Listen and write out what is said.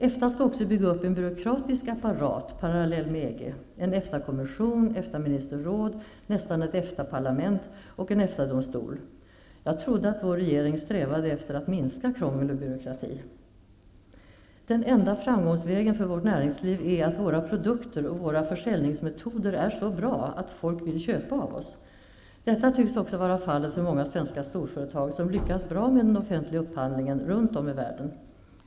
EFTA skall också bygga upp en byråkratisk apparat parallell med EG, en EFTA kommission, EFTA-ministerråd, nästan ett EFTA parlament ocn en EFTA-domstol. Jag trodde att vår regering strävade efter att minska krångel och byråkrati. Den enda framgångsvägen för vårt näringsliv är att våra produkter och våra försäljningsmetoder är så bra att folk vill köpa av oss. Detta tycks också vara fallet för många svenska storföretag som lyckas bra med den offentliga upphandlingen runt om i världen.